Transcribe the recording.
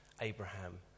Abraham